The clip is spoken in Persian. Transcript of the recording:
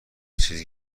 چیزی